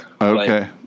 Okay